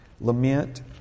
Lament